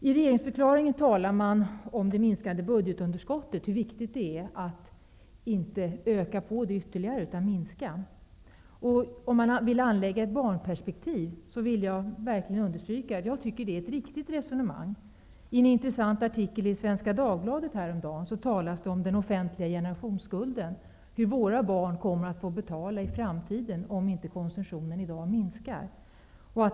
I regeringsförklaringen talar man om det minskade budgetunderskottet, hur viktigt det är att inte öka på det ytterligare, utan minska det. Om man vill anlägga ett barnperspektiv vill jag verkligen understryka att jag tycker att det är ett riktigt resonemang. I en intressant artikel i Svenska Dagbladet häromdagen talas det om den offentliga generationsskulden, om hur våra barn kommer att få betala i framtiden om inte konsumtionen minskar i dag.